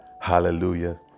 Hallelujah